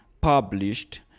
published